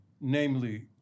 namely